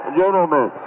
gentlemen